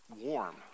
warm